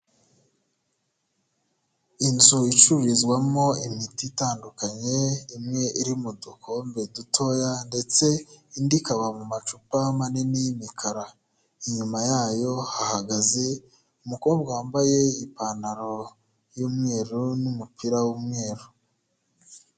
Inzu icururizwamo imiti itandukanye, imwe iri mu dukombe dutoya ndetse indi ikaba mu macupa manini y'imikara, inyuma yayo hahagaze umukobwa wambaye ipantaro y'umweru n'umupira w'umweru.